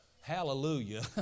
Hallelujah